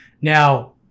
Now